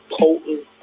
potent